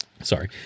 Sorry